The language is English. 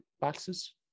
boxes